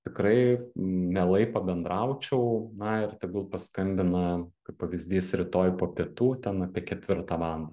tikrai mielai pabendraučiau na ir tegul paskambina kai pavyzdys rytoj po pietų ten apie ketvirtą valandą